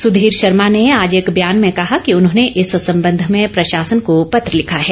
सुधीर शर्मा ने आज एक बयान में कहा कि उन्होंने इस संबंध में प्रशासन को पत्र लिखा है